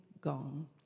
gong